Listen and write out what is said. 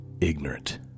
ignorant